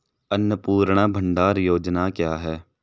अन्नपूर्णा भंडार योजना क्या है?